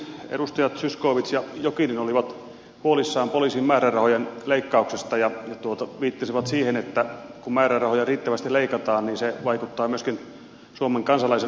edustajat zyskowicz ja jokinen olivat huolissaan poliisin määrärahojen leikkauksesta ja viittasivat siihen että kun määrärahoja riittävästi leikataan se vaikuttaa myöskin suomen kansalaisen oikeusturvaan